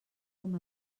com